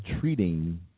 treating